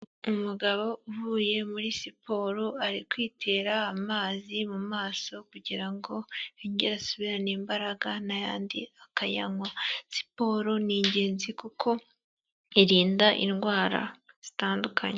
Umugabo uvuye muri siporo, ari kwitera amazi mu maso kugira ngo yongere asubirane imbaraga n'ayandi akayanywa, siporo ni ingenzi kuko irinda indwara zitandukanye.